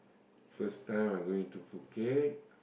first time I'm going to Phuket